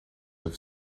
have